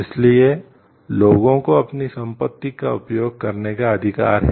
इसलिए लोगों को अपनी संपत्ति का उपयोग करने का अधिकार है